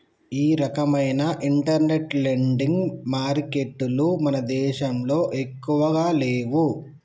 ఈ రకవైన internet lending మారికెట్టులు మన దేశంలో ఎక్కువగా లేవు